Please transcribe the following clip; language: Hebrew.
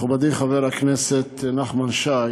מכובדי חבר הכנסת נחמן שי,